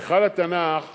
היכל התנ"ך